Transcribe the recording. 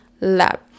lab